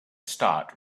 start